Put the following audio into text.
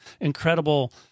incredible